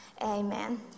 Amen